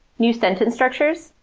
new sentence structures,